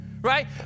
Right